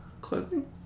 clothing